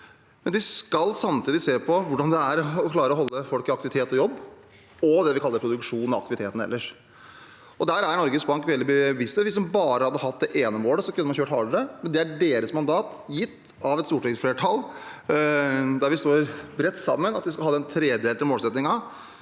og de skal samtidig se på hvordan en klarer å holde folk i aktivitet og jobb, og på det vi kaller produksjon, aktiviteten ellers. Der er Norges Bank veldig bevisste. Hvis de bare hadde hatt det ene målet, kunne de ha kjørt hardere, men det er deres mandat, gitt av et stortingsflertall, der vi står bredt sammen om at vi skal ha den tredelte målsettingen